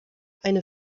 eine